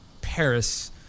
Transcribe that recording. Paris